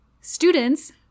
students